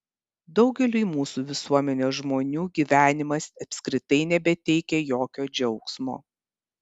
daugeliui mūsų visuomenės žmonių gyvenimas apskritai nebeteikia jokio džiaugsmo